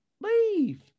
leave